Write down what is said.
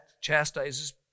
chastises